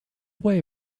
way